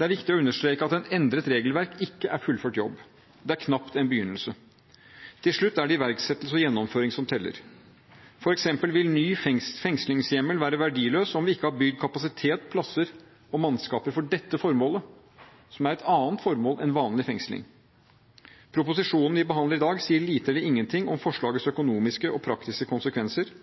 er viktig å understreke at et endret regelverk ikke er fullført jobb – det er knapt en begynnelse. Til slutt er det iverksettelse og gjennomføring som teller. For eksempel vil ny fengslingshjemmel være verdiløs om vi ikke har bygd kapasitet, plasser og har mannskaper for dette formålet, som er et annet formål enn vanlig fengsling. Proposisjonen vi behandler i dag, sier lite eller ingenting om forslagets økonomiske og praktiske konsekvenser.